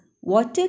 water